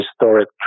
historic